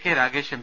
K Ragesh M